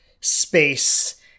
space